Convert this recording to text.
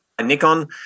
Nikon